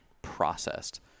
processed